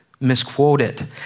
misquoted